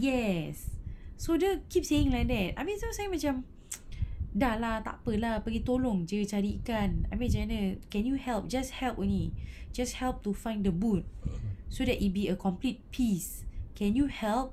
yes so dia keep saying like that habis tu saya macam dah lah tak apa lah pergi tolong jer carikan habis macam mana can you help just help only just help to find the boot so that it'd be a complete piece can you help